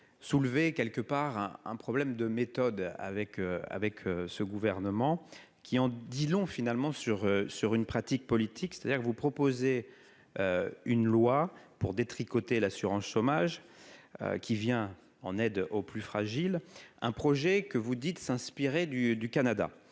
soulever quelque part à un problème de méthode avec avec ce gouvernement qui en dit long finalement sur sur une pratique politique, c'est-à-dire que vous proposer une loi pour détricoter l'assurance chômage qui vient en aide aux plus fragiles, un projet que vous dites s'inspirer du du Canada,